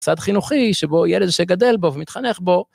צד חינוכי, שבו ילד שגדל בו ומתחנך בו.